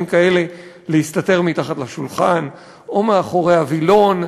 כאלה להסתתר מתחת לשולחן או מאחורי הווילון,